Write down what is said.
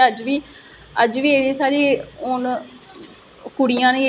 ओहदे च हिस्सा लेऔ पार्टीस्पेट करो